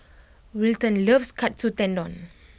Wilton loves Katsu Tendon